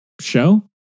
show